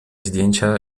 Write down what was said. zdjęcia